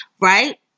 Right